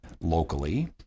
locally